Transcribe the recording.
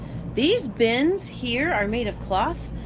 these bins here are made of cloth,